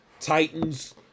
Titans